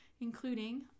including